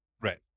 right